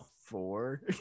four